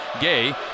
Gay